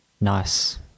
Nice